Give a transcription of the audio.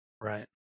Right